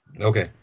Okay